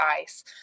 ice